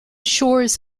shores